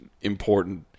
important